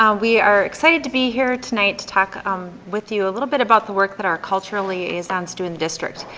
we are excited to be here tonight to talk um with you a little bit about the work that our cultural liaisons do in the district.